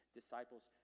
disciples